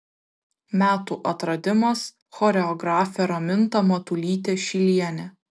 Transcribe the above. metų atradimas choreografė raminta matulytė šilienė